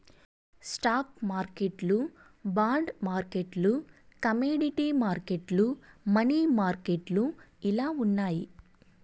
stock మార్కెట్లు bond మార్కెట్లు commodity మార్కెట్లు, మనీ మార్కెట్లు ఇలా ఉన్నాయి